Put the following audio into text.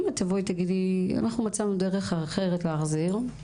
אם את תבואי ותגידי אנחנו מצאנו דרך אחרת להחזיר,